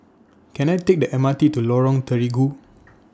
Can I Take The M R T to Lorong Terigu